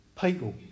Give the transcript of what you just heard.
People